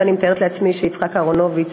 ואני מתארת לעצמי שיצחק אהרונוביץ,